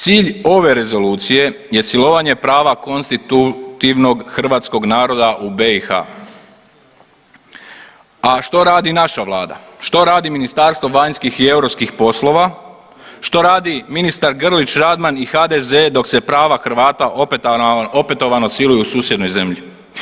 Cilj ove rezolucije je silovanje prava konstitutivnog hrvatskog naroda u BiH, a što radi naša vlada, što radi Ministarstvo vanjskih i europskih poslova, što radi ministar Grlić Radman i HDZ dok se prava Hrvata opetovano siluju u susjednoj zemlji?